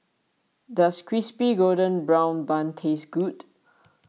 does Crispy Golden Brown Bun taste good